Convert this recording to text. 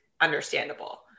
understandable